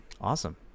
awesome